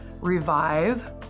Revive